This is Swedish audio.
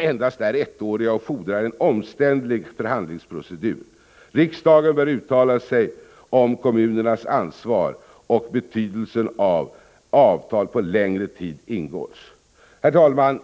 endast är ettåriga och fordrar en omständlig förhandlingsprocedur. Riksdagen bör uttala sig om kommunernas ansvar och betydelsen av att avtal på längre tid ingås. Herr talman!